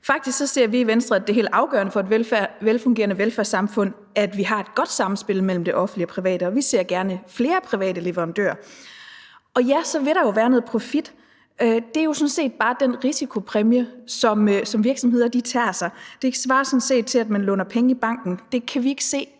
Faktisk ser vi det i Venstre som helt afgørende for et velfungerende velfærdssamfund, at vi har et godt samspil mellem det offentlige og private, og vi ser gerne flere private leverandører. Og ja, så vil der jo være noget profit, og det er jo sådan set bare den risikopræmie, som virksomheder tager. Det svarer sådan set til, at man låner penge i banken. Det kan vi ikke se